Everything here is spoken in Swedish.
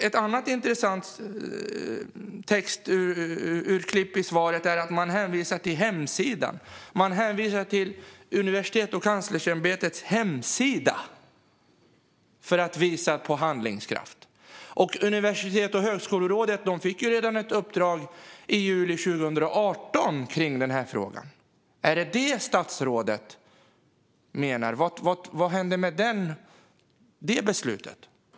Ett annat intressant texturklipp i svaret är hänvisningen till Universitetskanslersämbetets hemsida, för att visa på handlingskraft. Universitets och högskolerådet fick ett uppdrag redan i juli 2018 gällande denna fråga. Är det detta statsrådet menar? Vad hände med det beslutet?